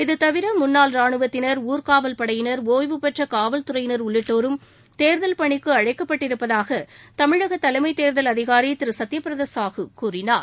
இதுதவிர முன்னாள் ராணுவத்தினர் ஊர்காவல் படையினர் ஒய்வு பெற்றகாவல்துறையினர் உள்ளிட்டோரும் தேர்தல் பணிக்குஅழைக்கப்பட்டிருப்பதாகதமிழகதலைமைத் கேர்கல் அதிகாரிதிருசத்யபிரதசாஹூ கூறினார்